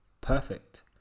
Perfect